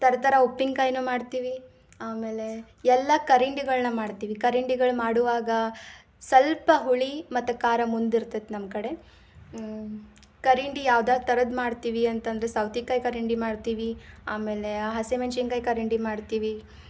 ಥರ ಥರ ಉಪ್ಪಿನಕಾಯಿನು ಮಾಡ್ತೀವಿ ಆಮೇಲೆ ಎಲ್ಲ ಕರಿಂಡಿಗಳನ್ನ ಮಾಡ್ತೀವಿ ಕರಿಂಡಿಗಳು ಮಾಡುವಾಗ ಸ್ವಲ್ಪ ಹುಳಿ ಮತ್ತು ಖಾರ ಮುಂದಿರ್ತದ್ ನಮ್ಮ ಕಡೆ ಕರಿಂಡಿ ಯಾವ್ದು ಥರದ್ದು ಮಾಡ್ತೀವಿ ಅಂತಂದ್ರೆ ಸೌತಿಕಾಯಿ ಕರಿಂಡಿ ಮಾಡ್ತೀವಿ ಆಮೇಲೆ ಹಸಿಮೆಣ್ಸಿನ್ಕಾಯಿ ಕರಿಂಡಿ ಮಾಡ್ತೀವಿ